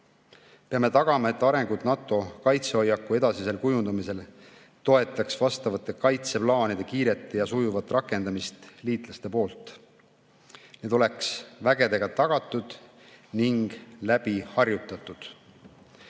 Peame tagama, et arengud NATO kaitsehoiaku edasisel kujundamisel toetaks vastavate kaitseplaanide kiiret ja sujuvat rakendamist liitlaste poolt, et see oleks vägedega tagatud ning läbi harjutatud.